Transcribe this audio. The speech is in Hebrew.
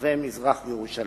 ברחבי מזרח-ירושלים.